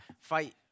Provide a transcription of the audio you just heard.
fight